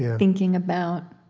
thinking about.